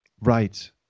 right